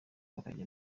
bakajya